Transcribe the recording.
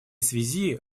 связи